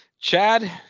Chad